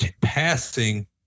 passing